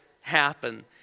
happen